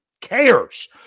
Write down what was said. cares